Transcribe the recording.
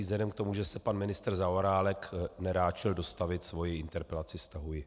Vzhledem k tomu, že se pan ministr Zaorálek neráčil dostavit, svoji interpelaci stahuji.